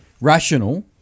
rational